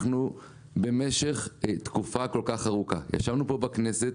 אנחנו במשך תקופה כל כך ארוכה ישבנו פה בכנסת